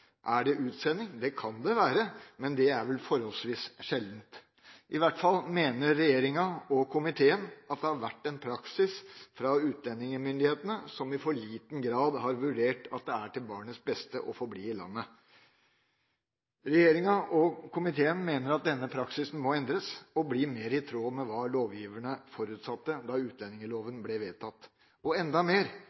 Er det utsending? Det kan det være, men det er vel forholdsvis sjelden. I hvert fall mener regjeringa og komiteen at det har vært en praksis fra utlendingsmyndighetene som i for liten grad har vurdert at det er til barnets beste å få bli i landet. Regjeringa og komiteen mener at denne praksisen må endres og bli mer i tråd med hva lovgiverne forutsatte da utlendingsloven ble vedtatt. Og enda mer: